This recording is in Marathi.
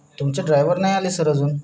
तुमचे ड्रायव्हर नाही आले सर अजून